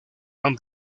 tan